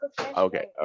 Okay